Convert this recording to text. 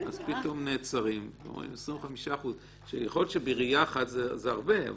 אז פתאום נעצרים ואומרים 25%. יכול להיות שבראייה אחת זה הרבה,